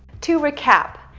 to recap.